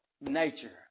nature